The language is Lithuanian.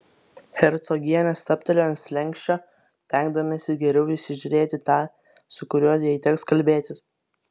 hercogienė stabtelėjo ant slenksčio stengdamasi geriau įsižiūrėti tą su kuriuo jai teks kalbėtis